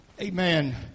Amen